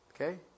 Okay